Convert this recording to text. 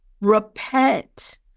repent